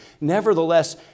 nevertheless